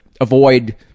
avoid